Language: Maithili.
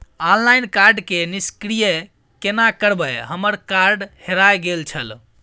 ऑनलाइन कार्ड के निष्क्रिय केना करबै हमर कार्ड हेराय गेल छल?